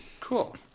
Cool